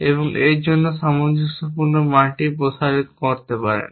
এবং এর জন্য সামঞ্জস্যপূর্ণ মানটি প্রসারিত করতে পারেন